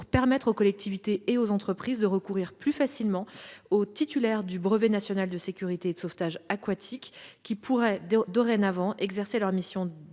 pour permettre aux collectivités et aux entreprises de recourir plus facilement aux titulaires du brevet national de sécurité et de sauvetage aquatique (BNSSA), qui pourraient dorénavant exercer leur mission